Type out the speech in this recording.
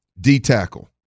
D-tackle